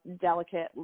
delicate